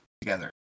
together